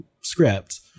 script